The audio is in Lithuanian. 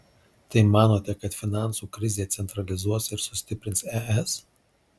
tai manote kad finansų krizė centralizuos ir sustiprins es